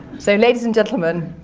so, ladies and gentlemen,